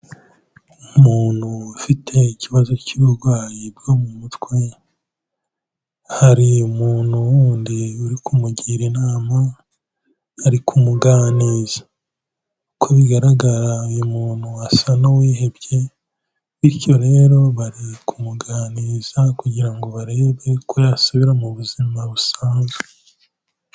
Umuntu ufite ikibazo cy'uburwayi bwo mu mutwe, hari umuntu wundi uri kumugira inama, ari kumuganiriza, uko bigaragara uyu muntu asa n'uwihebye bityo rero bari kumuganiriza kugira ngo barebe ko yasubira mu buzima busanzwe.